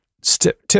Tip